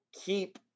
keep